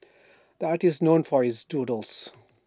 the artist is known for his doodles